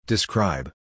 Describe